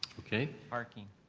okay. parking.